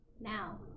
now